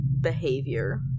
Behavior